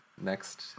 next